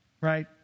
right